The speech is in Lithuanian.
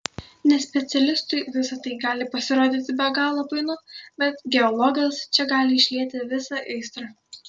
nespecialistui visa tai gali pasirodyti be galo painu bet geologas čia gali išlieti visą aistrą